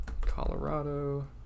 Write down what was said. Colorado